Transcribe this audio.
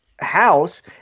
house